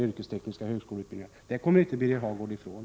Detta kommer Birger Hagård inte ifrån.